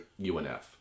UNF